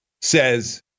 says